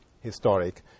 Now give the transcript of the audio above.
historic